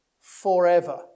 forever